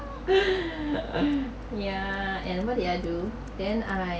yeah and what did I do then I